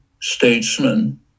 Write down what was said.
statesman